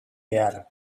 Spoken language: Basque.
behar